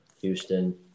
Houston